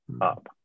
up